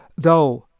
though,